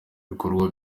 ibikorwa